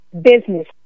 business